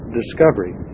discovery